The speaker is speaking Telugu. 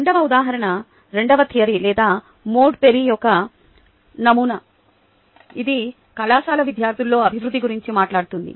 రెండవ ఉదాహరణ రెండవ థియరీ లేదా మోడల్ పెర్రీ యొక్క నమూనా ఇది కళాశాల విద్యార్థులలో అభివృద్ధి గురించి మాట్లాడుతుంది